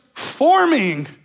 Forming